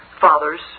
fathers